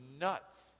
nuts